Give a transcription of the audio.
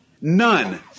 None